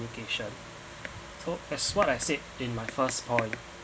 communication so as what I said in my first point